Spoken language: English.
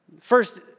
First